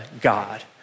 God